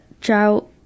drought